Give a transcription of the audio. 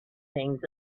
things